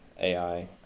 ai